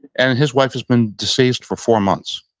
and his wife has been deceased for four months.